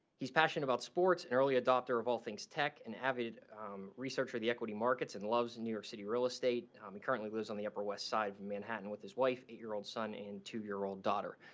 he's passionate about sports, and early adopter of all things tech, an avid research for the equity markets and loves new york city real estate. um he currently lives on the upper west side of manhattan with his wife, eight year old son and two year old old daughter.